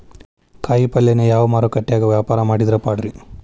ಕಾಯಿಪಲ್ಯನ ಯಾವ ಮಾರುಕಟ್ಯಾಗ ವ್ಯಾಪಾರ ಮಾಡಿದ್ರ ಪಾಡ್ರೇ?